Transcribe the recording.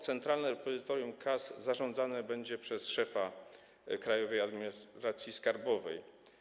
Centralne Repozytorium Kas zarządzane będzie przez szefa Krajowej Administracji Skarbowej.